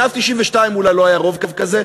מאז 1992 אולי לא היה רוב כזה,